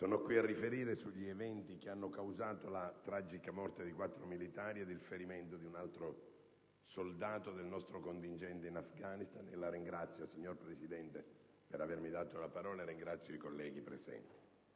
sono qui a riferire sugli eventi che hanno causato la tragica morte di quattro militari ed il ferimento di un altro soldato del nostro contingente in Afghanistan. La ringrazio, Presidente, per avermi dato la parola e ringrazio altresì i colleghi presenti.